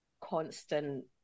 constant